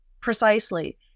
Precisely